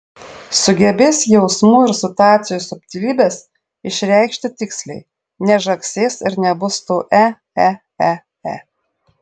sugebės jausmų ir situacijų subtilybes išreikšti tiksliai nežagsės ir nebus tų e e e e